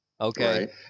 Okay